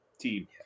team